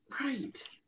right